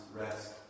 rest